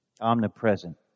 omnipresent